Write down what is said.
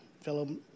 fellow